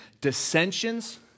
dissensions